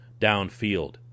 downfield